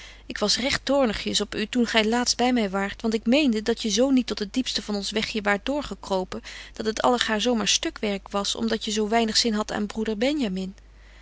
ik was recht toornigjes op u toen gy laatst by my waart want ik meende dat je zo niet tot het diepste van ons wegje waart doorgekropen dat het allegaar zo maar stukwerk was om dat je zo weinig zin hadt aan broeder